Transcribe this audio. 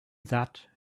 that